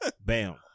Bam